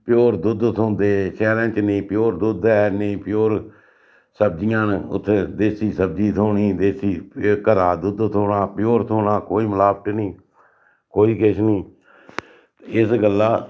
pure दुद्ध थ्होंदे शैह्रें च नेईं प्योर दुद्ध ऐ नेईं प्योर सब्जियां न उत्थे देसी सब्जी थ्होनी देसी घरा दा दुद्ध थ्होना प्योर थ्होना कोई मलाबट नेईं कोई किश नेईं इस गल्ला